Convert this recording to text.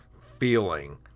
feeling